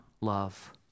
love